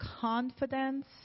confidence